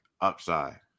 upside